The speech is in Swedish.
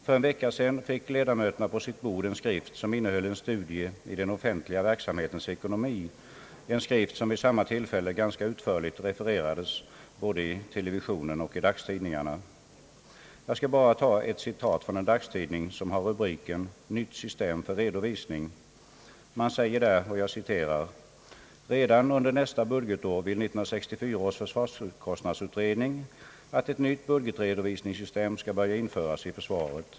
För en vecka sedan fick ledamöterna på sitt bord en skrift som innehöll en studie i den offentliga verksamhetens ekonomi, en skrift som vid samma tillfälle ganska utförligt refererades både i televisionen och i dagstidningarna. Jag skall bara ta ett citat från en dagstidning som har rubriken »Nytt system för redovisning». Man säger där: »Redan under nästa budgetår vill 1964 års försvarskostnadsutredning att ett nytt budgetredovisningssystem «skall börja införas i försvaret.